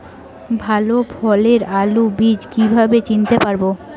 ভালো ফলনের আলু বীজ কীভাবে চিনতে পারবো?